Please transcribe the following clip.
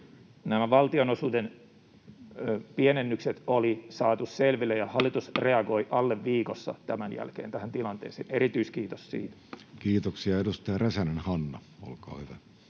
nämä valtionosuuden pienennykset oli saatu selville, ja hallitus reagoi alle viikossa tämän jälkeen tähän tilanteeseen — erityiskiitos siitä. [Speech 67] Speaker: Jussi Halla-aho